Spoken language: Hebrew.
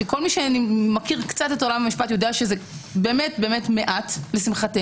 כל מי שמכיר את עולם המשפט יודע זה מעט לשמחתנו.